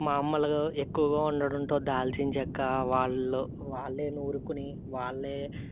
మామూలుగా ఎక్కువగా ఉండటంతో దాల్చిన చెక్క వాళ్ళు వాళ్ళే నూరుకుని వాళ్ళే